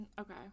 Okay